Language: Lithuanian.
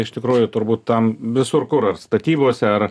iš tikrųjų turbūt tam visur kur ar statybose ar